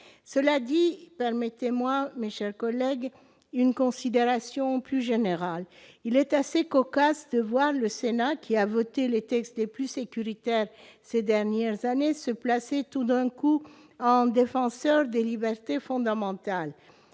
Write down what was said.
Cela dit, permettez-moi, mes chers collègues, une considération plus générale. Il est assez cocasse de voir le Sénat, qui a voté les textes les plus sécuritaires ces dernières années, se placer tout d'un coup en défenseur des libertés fondamentales.